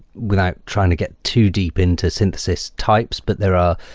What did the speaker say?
without trying to get too deep into synthesis types, but there are,